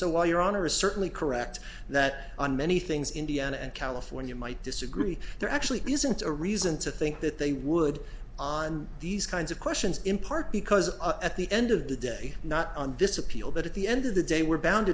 so while your honor is certainly correct that on many things indiana and california might disagree there actually isn't a reason to think that they would on these kinds of questions in part because at the end of the day not on this appeal but at the end of the day we're bound